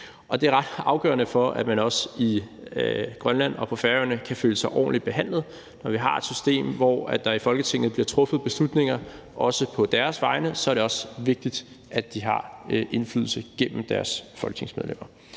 det er ret afgørende for, at man også i Grønland og på Færøerne kan føle sig ordentligt behandlet. Når vi har et system, hvor der i Folketinget bliver truffet beslutninger, også på deres vegne, så er det også vigtigt, at de har indflydelse gennem deres folketingsmedlemmer